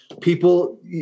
people